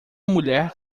mulher